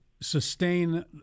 sustain